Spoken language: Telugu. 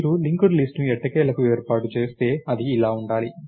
మీరు లింక్డ్ లిస్ట్ ను ఎట్టకేలకు ఏర్పాటు చేస్తే అది ఇలా ఉండాలి